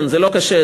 זה לא קשה.